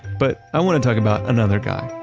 but i want to talk about another guy,